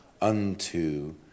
unto